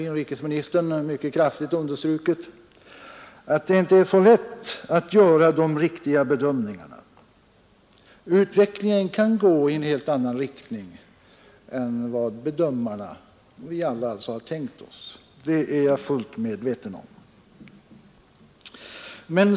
Inrikesministern har mycket kraftigt understrukit, och jag vet det också, att det inte är så lätt att göra de riktiga bedömningarna. Utvecklingen kan gå i en helt annan riktning än vad bedömarna, vi andra har tänkt oss. Det är jag fullt medveten om.